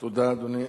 תודה, אדוני.